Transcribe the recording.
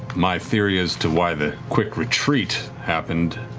my theory as to why the quick retreat happened,